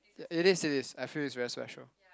it is it is I feel it's very special